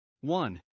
One